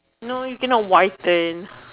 no you cannot whiten